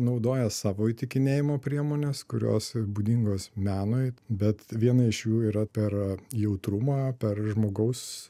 naudoja savo įtikinėjimo priemones kurios būdingos menui bet viena iš jų yra per jautrumą per žmogaus